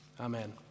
Amen